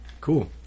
Cool